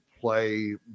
play